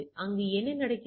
அங்கு என்ன நடக்கிறது